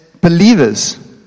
believers